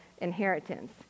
inheritance